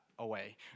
away